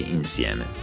insieme